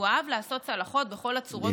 הוא אהב לעשות צלחות בכל הגדלים.